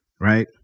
right